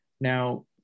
now